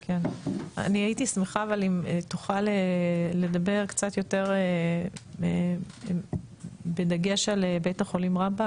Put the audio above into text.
אני הייתי שמחה אם תוכל לדבר קצת יותר בדגש על בית החולים רמב"ם,